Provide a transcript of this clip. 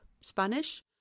Spanish